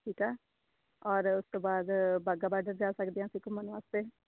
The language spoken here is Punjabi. ਠੀਕ ਆ ਔਰ ਉਸ ਤੋਂ ਬਾਅਦ ਬਾਗਾ ਬਾਡਰ ਜਾ ਸਕਦੇ ਹਾਂ ਅਸੀਂ ਘੁੰਮਣ ਵਾਸਤੇ